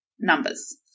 numbers